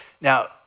Now